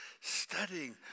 Studying